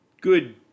good